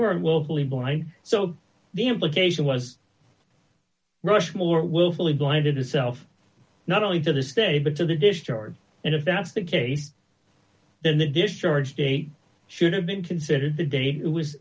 were willfully blind so the implication was rushmore willfully blinded itself not only to the state but to the destroyed and if that's the case then the discharge date should have been considered the date it was